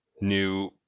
new